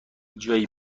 جایی